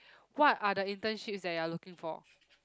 what are the internships that you are looking for